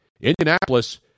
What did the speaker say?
Indianapolis